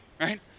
right